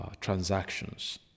transactions